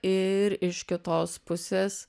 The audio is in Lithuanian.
ir iš kitos pusės